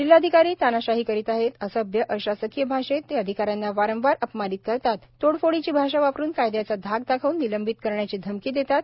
जिल्हाधिकारी तानाशाही करीत आहेत असभ्य अशासकीय भाषेत ते अधिकाऱ्यांना वारंवार अपमानित करतात तोडफोडीची भाषा वापरून कायद्याचा धाक दाखवून निलंबित करण्याची धमकी देतात